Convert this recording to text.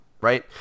right